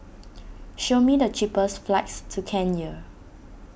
show me the cheapest flights to Kenya